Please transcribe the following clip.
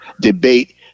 debate